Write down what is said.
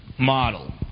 model